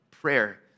Prayer